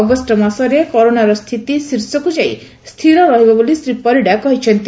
August ମାସରେ କରୋନାର ସ୍ଥିତି ଶୀର୍ଷକୁ ଯାଇ ସ୍ଥିର ରହିବ ବୋଲି ଶ୍ରୀ ପରିଡା କହିଛନ୍ତି